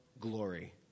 glory